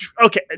okay